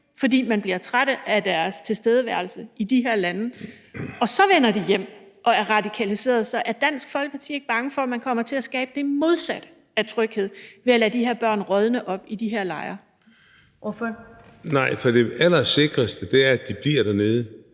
fordi man bliver trætte af deres tilstedeværelse i de her lande, og så vender de hjem og er radikaliserede. Så er Dansk Folkeparti ikke bange for, at man kommer til at skabe det modsatte af tryghed ved at lade de her børn rådne op i de her lejre? Kl. 22:59 Første næstformand (Karen